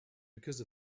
because